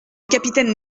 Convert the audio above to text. capitaine